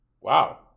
Wow